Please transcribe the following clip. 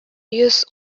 йөз